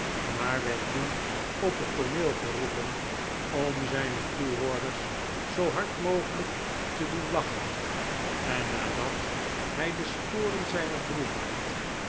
maar werd toen op het tooneel geroepen om zijne toehoorders zoo hard mogelijk te doen lachen en nadat hij de sporen zijner droefheid